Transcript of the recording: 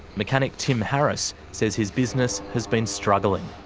mechanic tim harris says his business has been struggling.